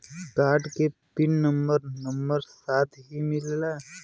Card के pin number number साथही मिला?